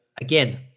again